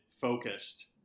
focused